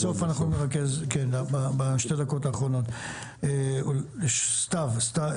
סגן שר החקלאות ופיתוח הכפר משה אבוטבול: בדיוק,